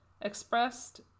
Expressed